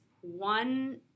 one